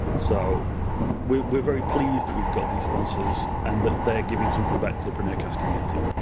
so we're we're very pleased that we got these sponsors and that they're giving something back to the preneurcast community.